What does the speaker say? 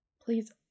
Please